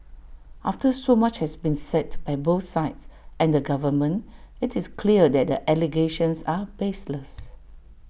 after so much has been said by both sides and the government IT is clear that the allegations are baseless